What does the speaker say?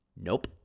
Nope